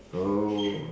oh